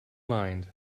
mind